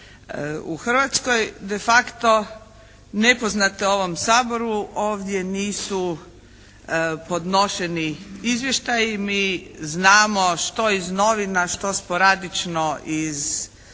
u Hrvatskoj de facto nepoznate ovom Saboru ovdje nisu podnošeni izvještaji. Mi znamo što iz novina, što sporadično iz